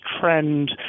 trend